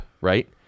right